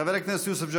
חבר הכנסת יוסף ג'בארין,